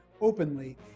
openly